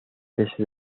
cese